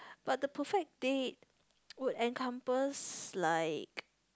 but the perfect date would encompass like